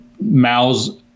Mao's